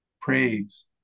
praise